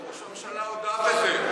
ראש הממשלה הודה בזה.